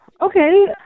okay